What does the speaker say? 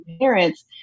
parents